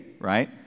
right